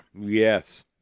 Yes